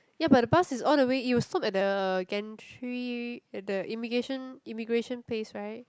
ya but the bus is all the way it will stop at the gantry at the immigration immigration place right